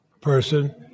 person